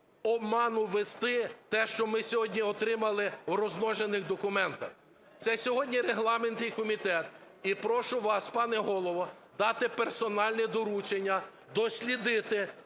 оману ввести, те, що ми сьогодні отримали в розмножених документах. Це сьогодні регламентний комітет, і прошу вас, пане Голово, дати персональне доручення дослідити